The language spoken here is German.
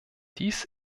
dies